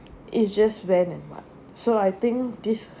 it just went and what so I think this